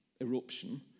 eruption